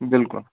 بلکل